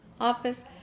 office